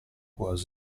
was